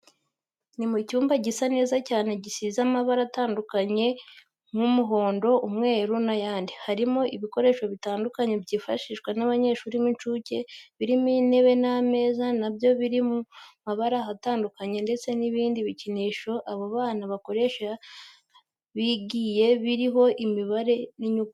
Ni mu cyumba gisa neza cyane gisize amabara atandukanye nk'umuhondo, umweru n'ayandi. Harimo ibikoresho bitandukanye byifashishwa n'abanyeshuri b'incuke, birimo intebe n'amaze na byo biri mu mabara atanduanye ndetse n'ibindi bikinisho abo bana bakoresha bigiye biriho imibare n'inyuguti.